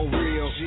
real